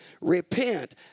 Repent